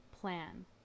plan